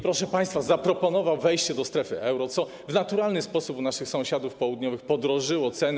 Proszę państwa, zaproponował wejście do strefy euro, co w naturalny sposób u naszych sąsiadów południowych zwiększyło ceny.